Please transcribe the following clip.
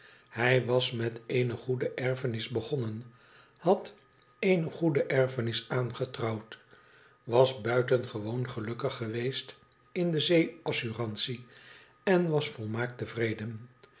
hij was met eene goede erfenis begonnen had eene goede erfenis aangetrouwd was buitengewoon gelukkig geweest in de zee assurantie en was volmaakt tevreden